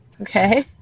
Okay